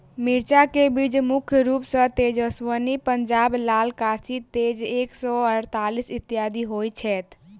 मिर्चा केँ बीज मुख्य रूप सँ तेजस्वनी, पंजाब लाल, काशी तेज एक सै अड़तालीस, इत्यादि होए छैथ?